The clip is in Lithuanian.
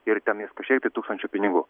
ir tenais kažkiek tai tūkstančių pinigų